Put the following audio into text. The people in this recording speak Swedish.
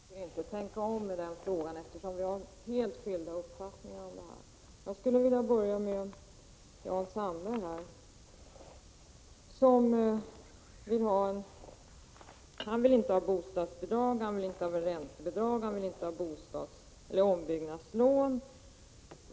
Herr talman! Nej, Agne Hansson, vi har inte för avsikt att tänka om i denna fråga. Vi har helt skilda uppfattningar. Jag vill först bemöta Jan Sandberg, som vill att det inte skall förekomma några bostadsbidrag, räntebidrag och ombyggnadslån.